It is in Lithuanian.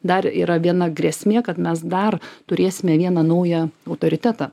dar yra viena grėsmė kad mes dar turėsime vieną naują autoritetą